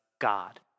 God